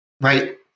Right